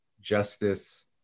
justice